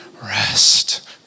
Rest